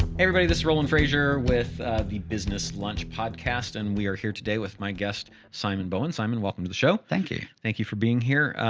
everybody, this is roland frasier with the business lunch podcast and we are here today with my guest, simon bowen. simon, welcome to the show. thank you. thank you for being here.